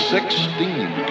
Sixteen